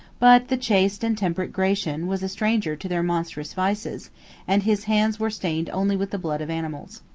but the chaste and temperate gratian was a stranger to their monstrous vices and his hands were stained only with the blood of animals.